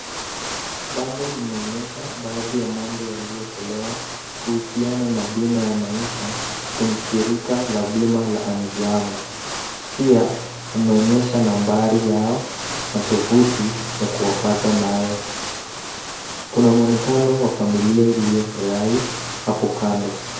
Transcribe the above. Bango linaonyesha baadhi ya mambo yaliyotolewa kuhusiana na bima ya maisha kwenye shirika la bima la Anziamo . Pia wanaonyesha nambari yao na tuvuti ya kuwapata nayo. Kuna mwonekano wa familia iliyofurahi hapo kando.